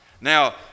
Now